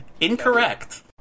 Incorrect